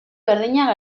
berdina